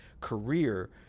career